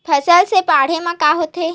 फसल से बाढ़े म का होथे?